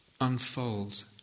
unfolds